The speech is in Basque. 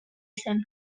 zen